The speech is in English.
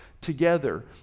together